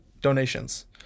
donations